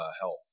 health